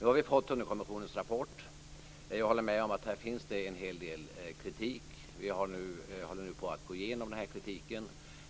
Nu har vi fått Tunnelkommissionens rapport. Jag håller med om att det i den finns en hel del kritik. Vi håller nu på att gå igenom denna kritik.